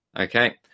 okay